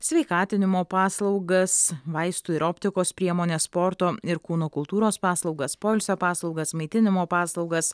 sveikatinimo paslaugas vaistų ir optikos priemones sporto ir kūno kultūros paslaugas poilsio paslaugas maitinimo paslaugas